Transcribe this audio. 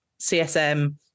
CSM